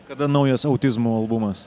kada naujas autizmo albumas